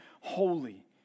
holy